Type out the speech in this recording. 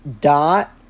DOT